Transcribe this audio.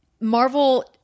Marvel